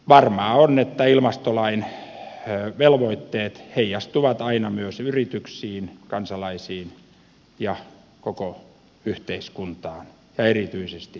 varmaa on että ilmastolain velvoitteet heijastuvat aina myös yrityksiin kansalaisiin ja koko yhteiskuntaan ja erityisesti talouteen